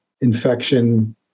infection